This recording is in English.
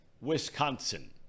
Wisconsin